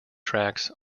tracks